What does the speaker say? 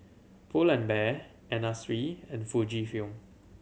Pull and Bear Anna Sui and Fujifilm